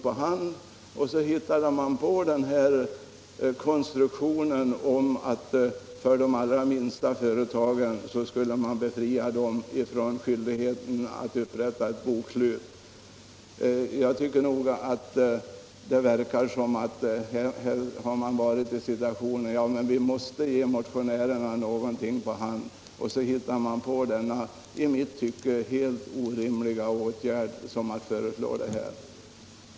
Därför hittade man på konstruktionen att befria de allra minsta företagen från skyldigheten att upprätta bokslut. Jag tycker att det verkar som om man hade varit i den situationen att man måste ge motionärerna någonting på hand och därför tillgrep den i mitt tycke orimliga åtgärden att föreslå denna befrielse från bokslutsskyldighet.